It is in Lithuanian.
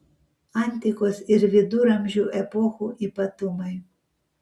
antikos ir viduramžių epochų ypatumai